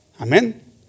Amen